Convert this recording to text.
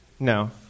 No